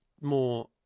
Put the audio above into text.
more